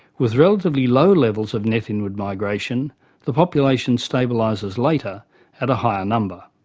with relatively low levels of net inward migration the population stabilises later at a higher number.